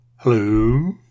Hello